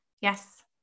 Yes